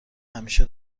همیشه